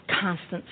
Constant